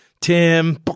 Tim